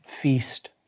feast